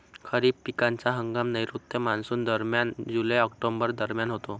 खरीप पिकांचा हंगाम नैऋत्य मॉन्सूनदरम्यान जुलै ऑक्टोबर दरम्यान होतो